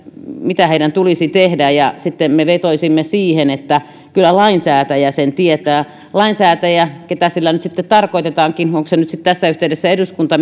mitä heidän tulisi tehdä ja sitten me vetoaisimme siihen että kyllä lainsäätäjä sen tietää lainsäätäjä ketä sillä nyt sitten tarkoitetaankin onko se nyt sitten tässä yhteydessä eduskunta